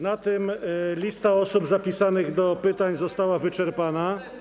Na tym lista osób zapisanych do pytań została wyczerpana.